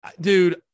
Dude